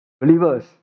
believers